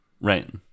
Right